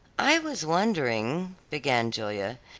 i was wondering began julia.